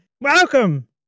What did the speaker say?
Welcome